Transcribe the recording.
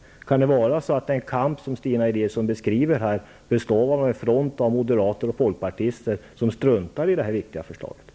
Handlar det kanske beträffande den kamp som Stina Eliasson här beskriver om en front av moderater och folkpartister som struntar i att det är så viktigt med ett förslag här?